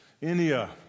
india